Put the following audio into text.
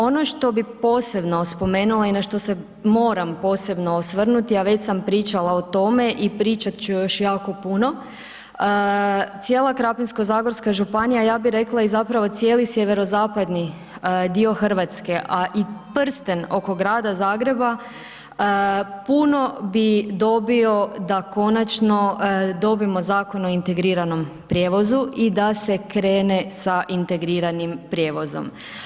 Ono što bi posebno spomenula i na što se moram posebno osvrnuti a već sam pričala o tome i pričat ću još jako puno, cijela Krapinsko-zagorska županija, ja bi rekla i zapravo cijeli sjeverozapadni dio Hrvatske a i prsten oko grada Zagreba, puno bi dobio da konačno dobijemo Zakon o integriranom prijevozu i da se krene sa integriranim prijevozom.